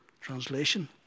Translation